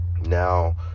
now